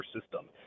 system